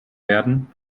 werden